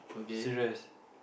serious